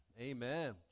Amen